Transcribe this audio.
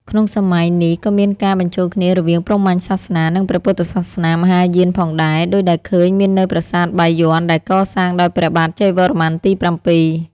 ក្នុងសម័យនេះ ក៏មានការ បញ្ចូលគ្នារវាងព្រហ្មញ្ញសាសនា និងព្រះពុទ្ធសាសនាមហាយានផងដែរ ដូចដែលឃើញមាននៅប្រាសាទបាយ័នដែលកសាងដោយព្រះបាទជ័យវរ្ម័នទី ៧។